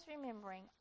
remembering